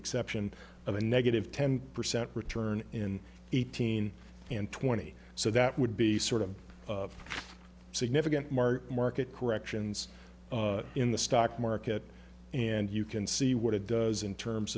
exception of a negative ten percent return in eighteen and twenty so that would be sort of significant mar market corrections in the stock market and you can see what it does in terms